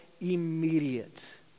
immediate